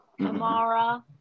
Tamara